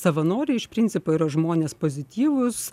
savanoriai iš principo yra žmonės pozityvūs